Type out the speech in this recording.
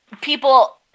people